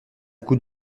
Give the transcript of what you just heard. coup